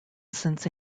since